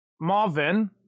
Marvin